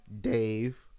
Dave